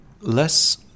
less